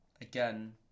Again